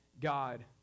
God